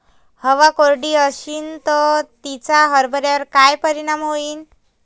हवा कोरडी अशीन त तिचा हरभऱ्यावर काय परिणाम होईन?